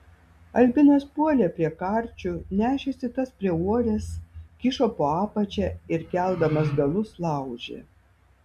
albinas puolė prie karčių nešėsi tas prie uorės kišo po apačia ir keldamas galus laužė